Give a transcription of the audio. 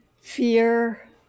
fear